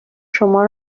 شما